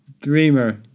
dreamer